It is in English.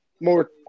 more